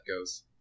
goes